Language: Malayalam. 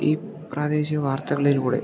ഈ പ്രാദേശിക വാർത്തകളിലൂടെ